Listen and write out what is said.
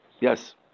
Yes